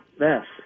yes